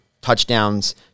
touchdowns